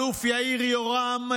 האלוף יאיר יורם,